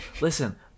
listen